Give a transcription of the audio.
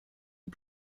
les